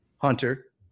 Hunter